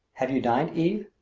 have you dined, eve?